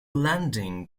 landing